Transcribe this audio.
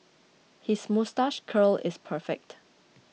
his moustache curl is perfect